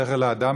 שכל האדם,